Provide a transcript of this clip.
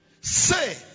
say